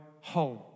home